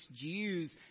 Jews